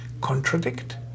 contradict